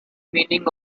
meaning